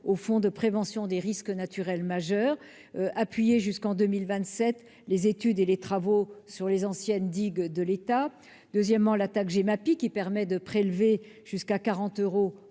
le fonds de prévention des risques naturels majeurs appuie jusqu'en 2027 les études et les travaux sur les anciennes digues de l'État. La taxe Gemapi permet en outre de prélever jusqu'à 40 euros